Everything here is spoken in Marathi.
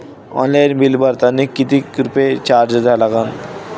ऑनलाईन बिल भरतानी कितीक रुपये चार्ज द्या लागन?